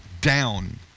down